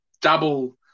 double